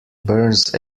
burns